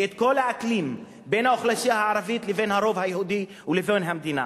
את כל האקלים בין האוכלוסייה הערבית לבין הרוב היהודי ולבין המדינה.